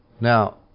Now